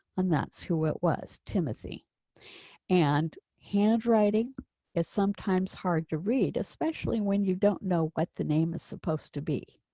and that's who it was. timothy and handwriting is sometimes hard to read, especially when you don't know what the name is supposed to be.